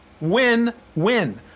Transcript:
win-win